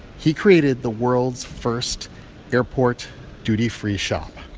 he created the world's first airport duty-free shop